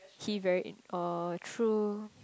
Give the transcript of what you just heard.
he very in oh though